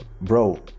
bro